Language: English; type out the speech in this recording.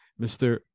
Mr